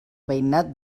veïnat